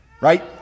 Right